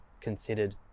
considered